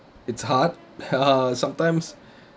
it's hard sometimes